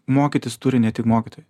mokytis turi ne tik mokytojai